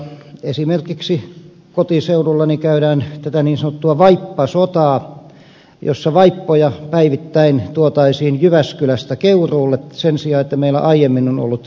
esimerkiksi kotiseudullani käydään tätä niin sanottua vaippasotaa jossa vaippoja päivittäin tuotaisiin jyväskylästä keuruulle sen sijaan että meillä aiemmin on ollut varasto